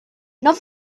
not